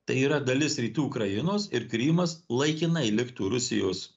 tai yra dalis rytų ukrainos ir krymas laikinai liktų rusijos